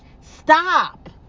stop